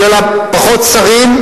שיהיו בה פחות שרים,